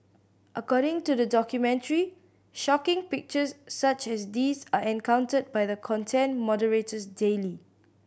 according to the documentary shocking pictures such as these are encountered by the content moderators daily